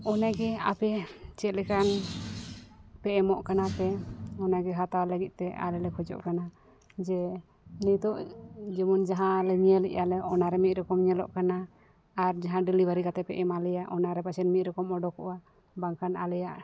ᱚᱱᱮᱜᱮ ᱟᱯᱮ ᱪᱮᱫ ᱞᱮᱠᱟᱱ ᱯᱮ ᱮᱢᱚᱜ ᱠᱟᱱᱟᱯᱮ ᱚᱱᱟᱜᱮ ᱦᱟᱛᱟᱣ ᱞᱟᱹᱜᱤᱫᱼᱛᱮ ᱟᱞᱮᱞᱮ ᱠᱷᱚᱡᱚᱜ ᱠᱟᱱᱟ ᱡᱮ ᱱᱤᱛᱳᱜ ᱡᱮᱢᱚᱱ ᱡᱟᱦᱟᱸᱞᱮ ᱧᱮᱞ ᱮᱫᱟᱞᱮ ᱚᱱᱟᱨᱮ ᱢᱤᱫ ᱨᱚᱠᱚᱢ ᱧᱮᱞᱚᱜ ᱠᱟᱱᱟ ᱟᱨ ᱡᱟᱦᱟᱸ ᱰᱮᱞᱤᱵᱷᱟᱹᱨᱤ ᱠᱟᱛᱮᱫ ᱯᱮ ᱮᱢᱟᱞᱮᱭᱟ ᱚᱱᱟᱨᱮ ᱯᱟᱪᱮᱫ ᱢᱤᱫ ᱨᱚᱠᱚᱢ ᱩᱫᱩᱠᱚᱼᱟ ᱵᱟᱝᱠᱷᱟᱱ ᱟᱞᱮᱭᱟᱜ